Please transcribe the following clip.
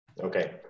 Okay